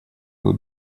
его